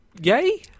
yay